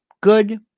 Good